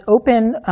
open